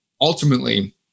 ultimately